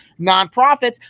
nonprofits